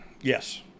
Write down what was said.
Yes